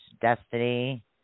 Destiny